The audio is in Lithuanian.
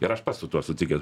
ir aš su tuo sutikęs